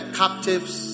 captives